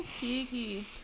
Kiki